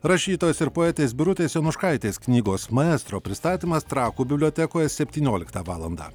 rašytojos ir poetės birutės jonuškaitės knygos maestro pristatymas trakų bibliotekoje septynioliktą valandą